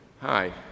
hi